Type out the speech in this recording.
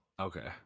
Okay